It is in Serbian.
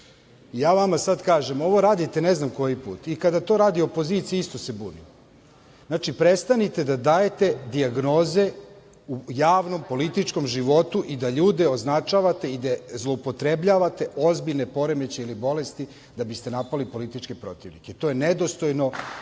vama sada kažem, ovo radite ne znam koji put. I kada to radi opozicija isto se bunimo. Prestanite da dajete dijagnoze u javnom političkom životu i da ljude označavate i da zloupotrebljavate ozbiljne poremećaje ili bolesti da biste napali političke protivnike. To je nedostojno,